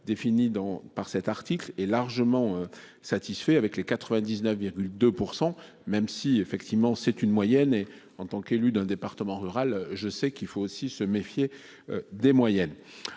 dans par cet article est largement satisfait avec les 99 2 %, même si effectivement c'est une moyenne et en tant qu'élu d'un département rural. Je sais qu'il faut aussi se méfier des moyennes.